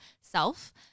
self